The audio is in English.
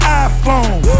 iPhone